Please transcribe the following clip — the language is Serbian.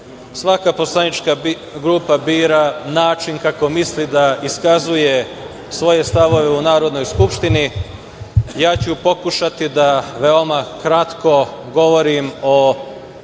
svaka poslanička grupa bira način kako misli da iskazuje svoje stavove u Narodnoj skupštini. Ja ću pokušati da veoma kratko govorim o